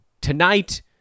tonight